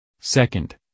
Second